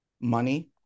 Money